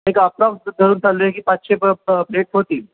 एक आपला धरून चाललो आहे की पाचशे प प प्लेट होतील